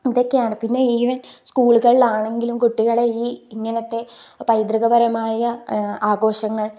അതൊക്കെയാണ് പിന്നെ ഈവൻ സ്കൂളുകളിലാണെങ്കിലും കുട്ടികളെ ഈ ഇങ്ങനത്തെ പൈതൃകപരമായ ആഘോഷങ്ങൾ